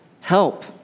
help